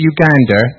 Uganda